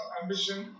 ambition